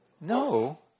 No